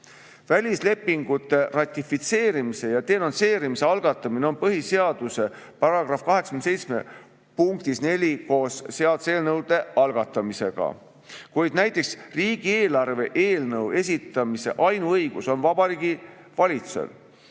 Välislepingute ratifitseerimise ja denonsseerimise algatamine on põhiseaduse § 87 punktis 4 koos seaduseelnõude algatamisega, kuid näiteks riigieelarve eelnõu esitamise ainuõigus on Vabariigi Valitsusel.